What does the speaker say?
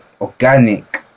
organic